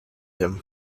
him